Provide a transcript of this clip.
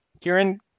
Kieran